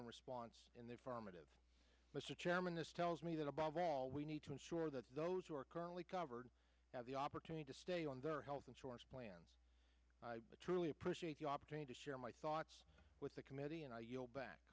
one response in the affirmative mr chairman this tells me that above all we need to ensure that those who are currently covered have the opportunity to stay on their health insurance plan a truly appreciate the opportunity to share my thoughts with the committee and i yield back